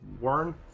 Warren